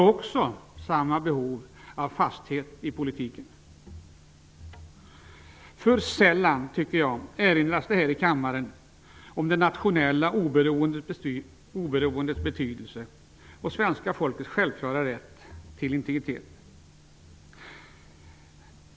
Också de har ett behov av fasthet i politiken. Alltför sällan erinras det här i kammaren om det nationella oberoendets betydelse och svenska folkets självklara rätt till integritet.